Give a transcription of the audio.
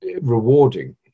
rewarding